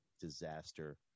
disaster